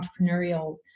entrepreneurial